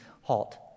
halt